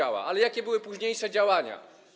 Ale jakie były późniejsze działania?